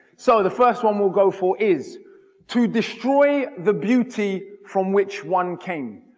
so the first one we'll go for is to destroy the beauty from which one came.